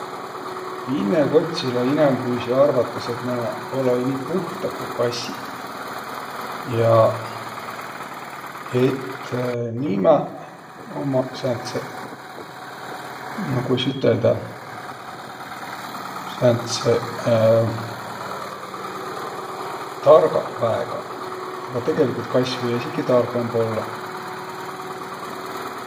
Pinne kotsilõ inämbüisi arvatas, et nä olõ-õi nii puhtaq, ku kassiq ja et nimäq ummaq sääntseq, no kuis üteldäq, sääntseq targaq väegaq. Aga tegeligult kass või esiki targõmb ollaq.